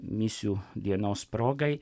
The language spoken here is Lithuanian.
misijų dienos progai